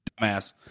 dumbass